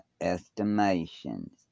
estimations